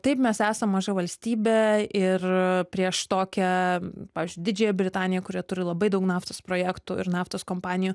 taip mes esam maža valstybė ir prieš tokią pavyzdžiui didžiąją britaniją kuri turi labai daug naftos projektų ir naftos kompanijų